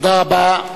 תודה רבה.